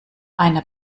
einer